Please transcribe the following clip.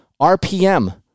rpm